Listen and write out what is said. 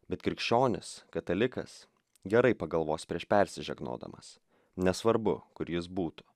bet krikščionis katalikas gerai pagalvos prieš persižegnodamas nesvarbu kur jis būtų